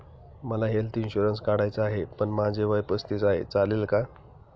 मला health insurance काढायचा आहे पण माझे वय पस्तीस आहे, चालेल का?